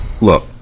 look